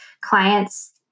clients